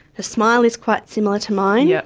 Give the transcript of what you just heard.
her smile is quite similar to mine, yeah